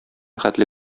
хәтле